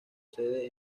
sede